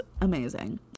amazing